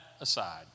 aside